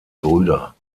brüder